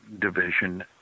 Division